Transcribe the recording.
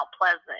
Pleasant